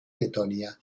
letonia